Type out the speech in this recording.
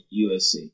USC